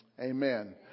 amen